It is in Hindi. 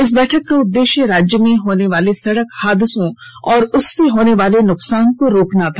इस बैठक का उद्देश्य राज्य में होने वाले सड़क हादसों और उससे होने वाले नुकसान को रोकना था